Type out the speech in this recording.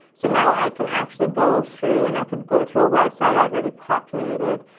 so now, i can actually go through and i can go to a website i've already populated,